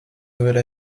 nouvelle